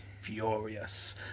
furious